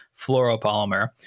fluoropolymer